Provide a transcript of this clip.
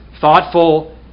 thoughtful